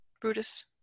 brutus